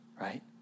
right